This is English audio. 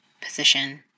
position